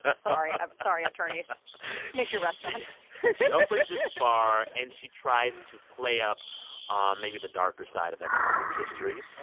ah sorry i'm sorry, attorneys make your restaurants she opens the bar, and she tries to play up um maybe the darker side of that neighborhood's history.